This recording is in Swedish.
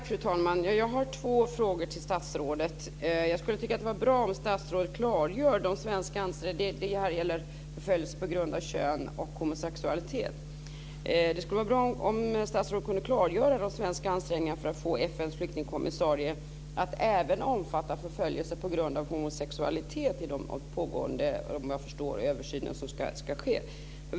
Fru talman! Jag har två frågor till statsrådet. Jag skulle tycka att det vore bra om statsrådet kunde klargöra de svenska ansträngningarna - det här gäller förföljelse på grund av kön och homosexualitet - för att få FN:s flyktingkommissarie att även omfatta förföljelse på grund av homosexualitet i den översyn som jag förstår ska ske.